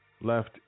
left